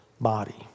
body